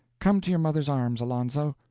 come to your mother's arms, alonzo!